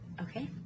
Okay